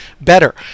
better